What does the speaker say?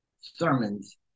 Sermons